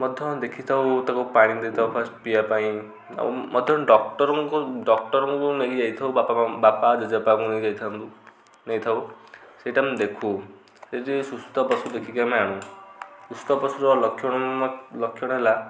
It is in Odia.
ମଧ୍ୟ ଦେଖିଥାଉ ତାକୁ ପାଣି ଦେଇଥାଉ ଫାଷ୍ଟ ପିଇବା ପାଇଁ ଆଉ ମଧ୍ୟ ଡକ୍ଟରଙ୍କୁ ଡକ୍ଟରଙ୍କୁ ନେଇକି ଯାଇଥାଉ ବାପା ବାପା ଜେଜେବାପାଙ୍କୁ ନେଇକି ଯାଇଥାନ୍ତୁ ନେଇଥାଉ ସେଇଟା ଆମେ ଦେଖୁ ସେଠି ସୁସ୍ଥ ପଶୁ ଦେଖିକି ଆମେ ଆଣୁ ସୁସ୍ଥ ପଶୁର ଲକ୍ଷଣ ଲକ୍ଷଣ ହେଲା